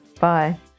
Bye